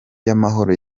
y’amahoro